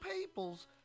peoples